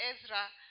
Ezra